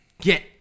get